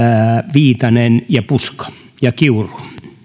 viitanen puska ja kiuru